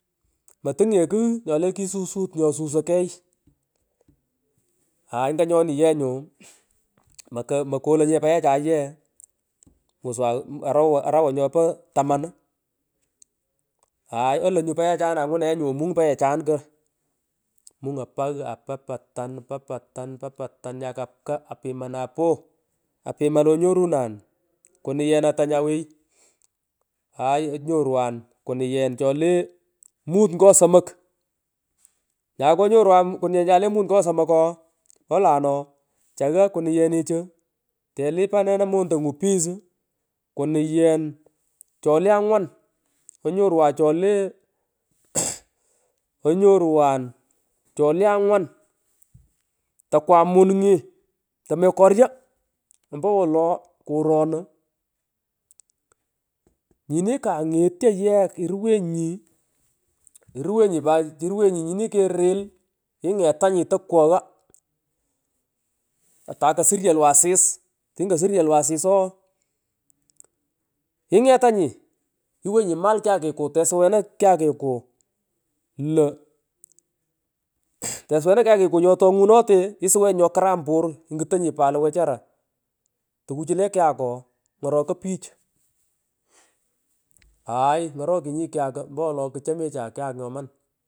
Motung nye kugh nyole kisusut nyosusoy kegh ngalan pich aoy nganyoni ye nyu moto mokolonye pechay yee mweza orowa arawa nyopo taman mmh aay olon nyu paghe chan angunan omungpaghechan koo mung’on pagh apapatan nyakapukwa apiman napoo i apiman lo onyorunan kunuyen ata nya wegh haay ongorwan kunuyen chole mut ngo somoki takonyorwan kunuyenickeng le mut ngo somok ooh olano chagha kumuyenichu telipanena inoneku rees uu kunuyen chole angwan onyorwa chole krai onyorwan chole angwan twakam monunge tomeroryo omowolo koronu namsetu kugh nyini kangetyo yee iruwenyi mneh iruwenyi pat nyini keregh ingetanyi tokwogho kumugh atay kosuryohi asis tani kosuryolu asis ooh ingetanyi iwenyi ma kyukiku tesuwena kyakiku lo krai tusuwena kyakiku nyotongunote isuwenyi nyokaram por iingutonyi pat lo wechara tukuchu le kyak ooh ng;oro koy pich kumung aay ngorokunyi kyaku ompowolo kchomecha kyak nyoman.